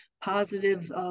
positive